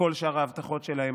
לכל שאר ההבטחות שלהם.